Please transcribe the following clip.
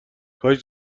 کاش